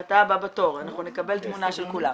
אתה הבא בתור, אנחנו נקבל תמונה של כולם.